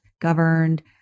governed